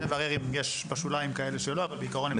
יש בשוליים כאלה שלא, אבל בעיקרון הם במיקור חוץ.